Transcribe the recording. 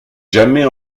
jamais